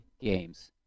games